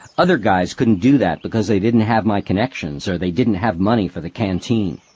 other guys couldn't do that because they didn't have my connections or they didn't have money for the canteen.